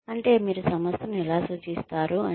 అంటే మీరు సంస్థను ఎలా సూచిస్తారు అని